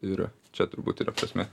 ir čia turbūt yra prasmė